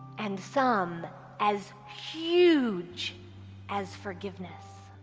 and some as huge as forgiveness.